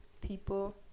people